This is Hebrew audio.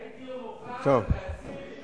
הייתי מוכן להצהיר שאני,